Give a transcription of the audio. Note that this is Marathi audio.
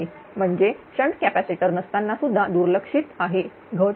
म्हणजे शंट कॅपॅसिटर नसताना नुकसान दुर्लक्षित आहे घट नाही